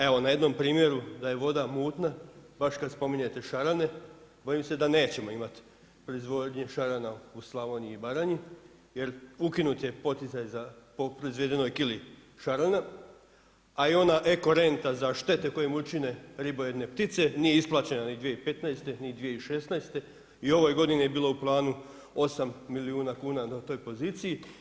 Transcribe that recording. Evo na jednom primjeru da je voda mutna baš kada spominjete šarane bojim se da nećemo imati proizvodnju šarana u Slavoniji i Baranji jer ukinuti je poticaj po proizvedenoj kili šarana, a i ona eko renta za štete koje im učine ribojedne ptice nije isplaćena ni 2015. ni 2016. i u ovoj godini je bilo u planu 8 milijuna kuna na toj poziciji.